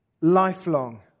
lifelong